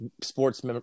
sports